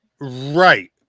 Right